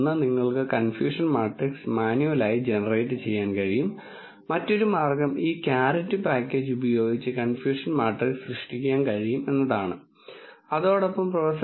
ഒന്ന് നിങ്ങൾക്ക് confusion matrix മാനുവലായി ജനറേറ്റ് ചെയ്യാൻ കഴിയും മറ്റൊരു മാർഗം ഈ ക്യാരറ്റ് പാക്കേജ് ഉപയോഗിച്ച് കൺഫ്യൂഷൻ മാട്രിക്സ് സൃഷ്ടിക്കാൻ കഴിയും അതോടൊപ്പം പ്രൊഫ